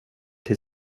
till